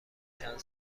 چند